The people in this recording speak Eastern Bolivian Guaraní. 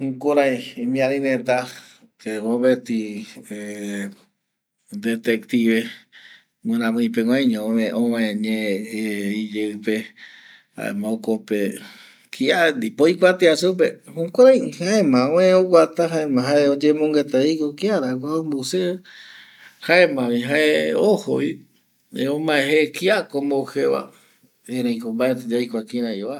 Jukurei imiari reta ke mopeti detective guramui peguaiño ovae ñe iyeipe jaema jokope kia nipo oikuatia supe, jaema öe oguata jaema je oyemongueta oiko, kiara ome kua seve jaema vi jae ojovi omae je kia ko ombou je va.